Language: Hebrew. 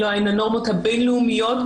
אלו הן הנורמות הבינלאומיות,